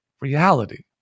reality